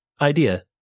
idea